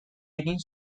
egin